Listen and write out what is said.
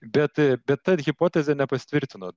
bet bet ta hipotezė nepasitvirtino